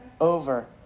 over